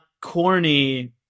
corny